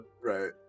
Right